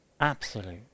absolute